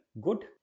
good